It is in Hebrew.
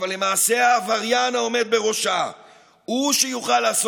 אבל למעשה העבריין העומד בראשה הוא שיוכל לעשות